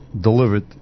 delivered